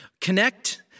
Connect